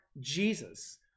Jesus